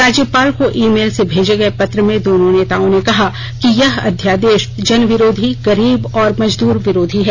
राज्यपाल को ईमेल से भेजे गये पत्र में दोनों नेताओं ने कहा कि यह अध्यादेष जनविरोधी गरीब और मजदूर विरोधी है